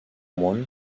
món